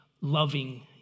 loving